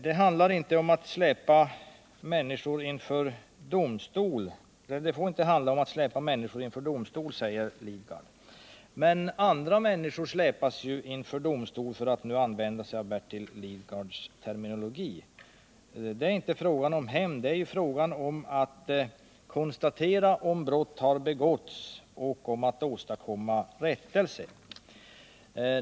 Det får inte handla om att släpa människor inför domstol, säger Bertil Lidgard. Men andra människor släpas ju inför domstol, för att nu använda Bertil Lidgards terminologi. Det är inte fråga om hämnd, utan det gäller att konstatera om brott har begåtts och i så fall att åstadkomma rättelse.